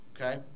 Okay